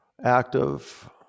active